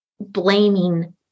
blaming